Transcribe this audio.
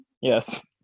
Yes